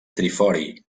trifori